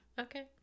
Okay